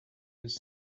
with